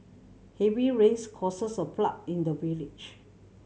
heavy rains causes a flood in the village